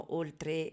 oltre